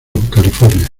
california